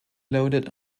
loaded